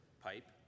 pipe